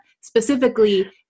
specifically